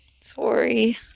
Sorry